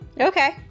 Okay